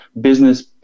business